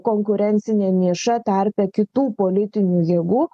konkurencinę nišą tarpe kitų politinių jėgų